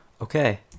Okay